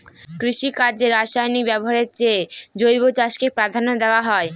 কৃষিকাজে রাসায়নিক ব্যবহারের চেয়ে জৈব চাষকে প্রাধান্য দেওয়া হয়